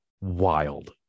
wild